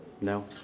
No